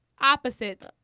opposites